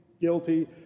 guilty